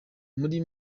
muri